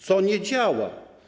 Co nie działa?